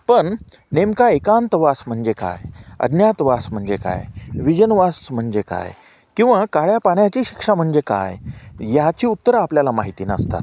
पण नेमका एकांतवास म्हणजे काय अज्ञातवास म्हणजे काय विजनवास म्हणजे काय किंवा काळ्या पाण्याची शिक्षा म्हणजे काय याची उत्तरं आपल्याला माहिती नसतात